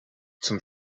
zum